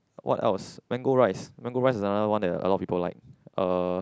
what else mango rice mango rice is another one that a lot of people like uh